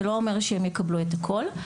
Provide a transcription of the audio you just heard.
זה לא אומר שהם יקבלו את הכול.